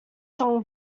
song